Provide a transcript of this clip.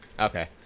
okay